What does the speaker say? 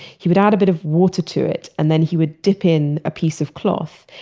he would add a bit of water to it, and then he would dip in a piece of cloth.